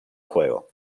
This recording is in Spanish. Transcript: juego